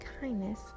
kindness